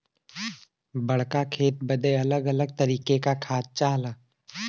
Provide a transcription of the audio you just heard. बड़्का खेत बदे अलग अलग तरीके का खाद चाहला